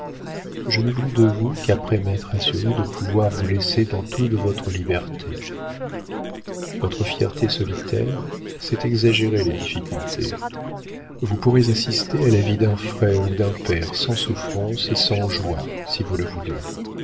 je n'ai voulu de vous qu'après m'être assuré de pouvoir vous laisser dans toute votre liberté votre fierté solitaire s'est exagéré les difficultés vous pourrez assister à la vie d'un frère ou d'un père sans souffrance et sans joie si vous le voulez